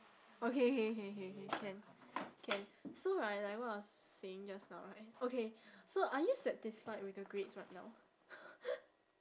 okay K K K K can can so right like what I was saying just now right okay so are you satisfied with your grades right now